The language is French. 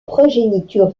progéniture